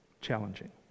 challenging